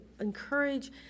encourage